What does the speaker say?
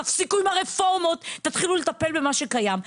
תפסיקו עם הרפורמות ותתחילו לטפל במה שקיים,